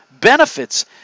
benefits